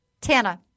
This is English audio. Tana